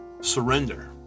surrender